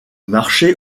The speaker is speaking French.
marché